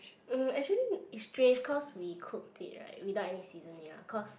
mm actually it's strange cause we cooked it right without any seasoning lah cause